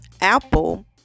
Apple